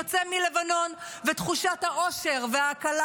יוצא מלבנון, ותחושת האושר וההקלה,